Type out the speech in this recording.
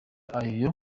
ayo